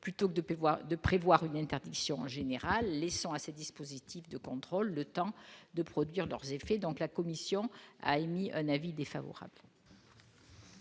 pouvoir de prévoir une interdiction générale, laissant à ce dispositif de contrôle, le temps de produire leurs effets, donc la commission Allemagne un avis défavorable.